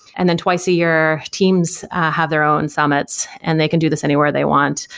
and then twice a year, teams have their own summits and they can do this anywhere they want.